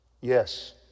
Yes